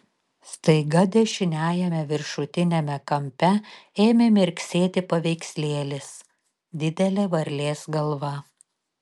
staiga dešiniajame viršutiniame kampe ėmė mirksėti paveikslėlis didelė varlės galva